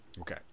Okay